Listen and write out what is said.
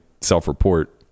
self-report